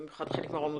בעיקר חיליק מרום,